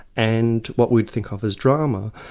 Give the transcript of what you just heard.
and what we'd think of as drama.